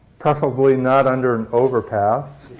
preferably not under an overpass.